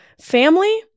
family